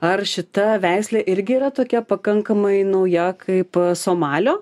ar šita veislė irgi yra tokia pakankamai nauja kaip somalio